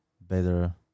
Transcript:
better